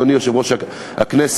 אדוני יושב-ראש הכנסת,